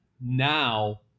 Now